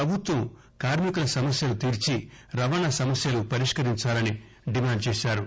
పభుత్వం కార్మికుల సమస్యలు తీర్చి రవాణా సమస్యలు పరిష్కరించాలని డిమాండు చేశారు